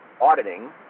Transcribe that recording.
auditing